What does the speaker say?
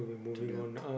to the